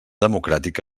democràtic